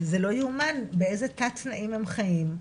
שבאמת זה לא יאומן באיזה תת-תנאים הם חיים,